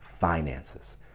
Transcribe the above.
finances